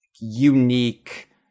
unique